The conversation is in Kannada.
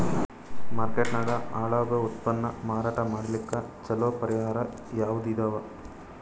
ಮಾರ್ಕೆಟ್ ನಾಗ ಹಾಳಾಗೋ ಉತ್ಪನ್ನ ಮಾರಾಟ ಮಾಡಲಿಕ್ಕ ಚಲೋ ಪರಿಹಾರ ಯಾವುದ್ ಇದಾವ?